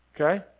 Okay